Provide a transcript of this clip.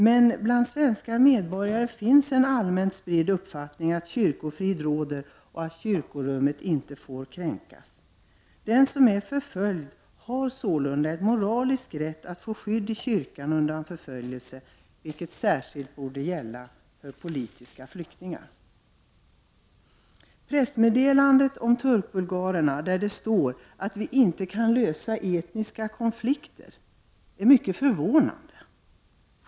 Men bland svenska medborgare finns en allmänt spridd upp fattning om att kyrkofrid råder och att kyrkorummet inte får kränkas. Den som är förföljd har således en moralisk rätt att få skydd i kyrkan undan förföljelse, vilket särskilt borde gälla för politiska flyktingar. Pressmeddelandet om turkbulgarerna, där det står att vi inte kan lösa etniska konflikter, är mycket förvånande.